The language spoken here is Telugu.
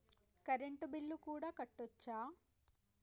కరెంటు బిల్లు కూడా కట్టొచ్చా?